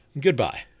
goodbye